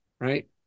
Right